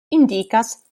indikas